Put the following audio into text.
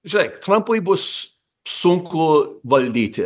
žinai trampui bus sunku valdyti